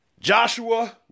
Joshua